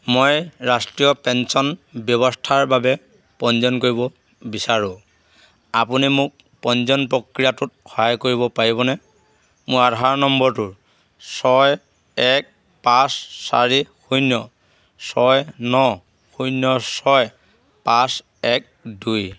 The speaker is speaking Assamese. মই ৰাষ্ট্ৰীয় পেন্সন ব্যৱস্থাৰ বাবে পঞ্জীয়ন কৰিব বিচাৰো আপুনি মোক পঞ্জীয়ন প্ৰক্ৰিয়াটোত সহায় কৰিব পাৰিবনে মোৰ আধাৰ নম্বৰটো ছয় এক পাঁচ চাৰি শূন্য ছয় ন শূন্য ছয় পাঁচ এক দুই